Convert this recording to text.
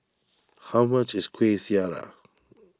how much is Kuih Syara